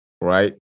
right